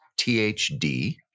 THD